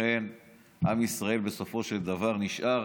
ולכן עם ישראל בסופו של דבר נשאר